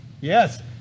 Yes